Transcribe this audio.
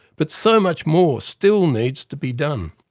but so much more still needs to be done.